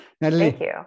Natalie